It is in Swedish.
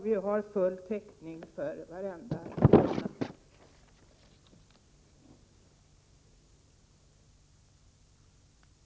Vi har full täckning för varenda krona.